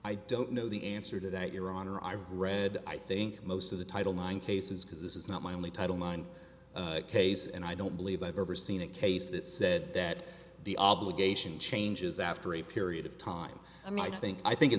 i don't know the answer to that your honor i've read i think most of the title nine cases because this is not my only title nine case and i don't believe i've ever seen a case that said that the obligation changes after a period of time i mean i think i think in